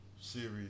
series